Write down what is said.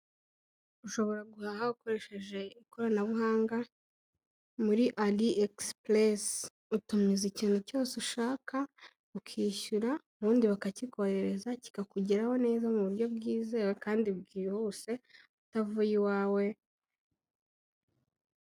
Ushobora guhaha ukoresheje ikoranabuhanga muri Ali ekisipuresi, utumiza ikintu cyose ushaka, ukishyura, ubundi bakakikoherereza kikakugeraho neza mu buryo bwizewe kandi bwihuse utavuye iwawe.